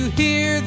hear